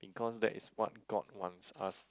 because that is what god wants us to